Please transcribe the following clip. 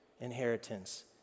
inheritance